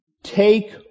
Take